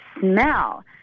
smell